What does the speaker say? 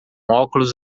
óculos